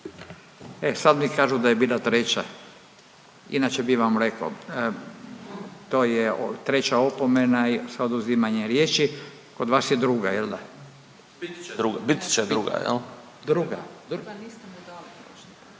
E sad mi kažu da je bila treća. Inače bih vam rekao. To je treća opomena i sa oduzimanjem riječi. Kod vas je druga, je l' da? .../Upadica: Bit će druga,